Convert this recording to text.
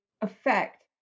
affect